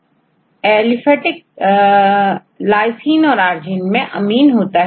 मैं अमीन होता है